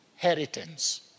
inheritance